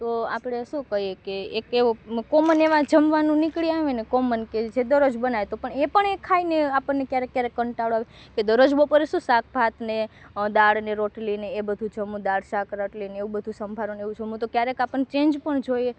તો આપણે શું કહીએ કે એક એવું મૂકો મને એમાં જમવાનું નીકળી આવે ને કોમન કે જે દરરોજ બનાવે તો એ પણ એ ખાઈને આપણને ક્યારેક ક્યારેક કંટાળો આવે કે દરરોજ બપોરે શું શાક ભાતને દાળને રોટલીને એવું બધુ જમો દાળ શાક રોટલીને એવું બધું ન સંભારો ને બધું તો ક્યારેક આપણને ચેન્જ પણ જોઈએ